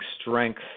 strength